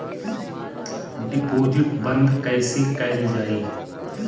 Deposit बंद कैसे कैल जाइ?